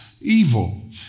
evil